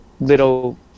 little